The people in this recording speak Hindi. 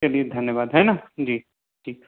चलिए धन्यवाद है ना जी ठीक